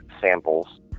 samples